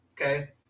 okay